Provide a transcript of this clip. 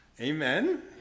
Amen